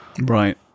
Right